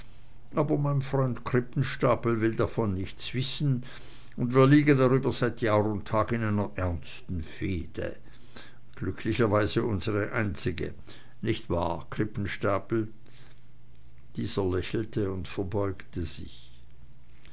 aber mein freund krippenstapel will davon nichts wissen und wir liegen darüber seit jahr und tag in einer ernsten fehde glücklicherweise unsre einzige nicht wahr krippenstapel dieser lächelte und verbeugte sich